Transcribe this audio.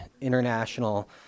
international